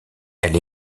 elle